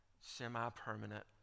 semi-permanent